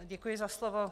Děkuji za slovo.